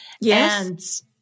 Yes